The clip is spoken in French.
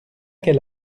quel